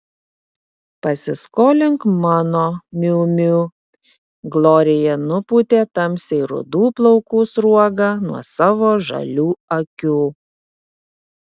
pasiskolink mano miu miu glorija nupūtė tamsiai rudų plaukų sruogą nuo savo žalių akių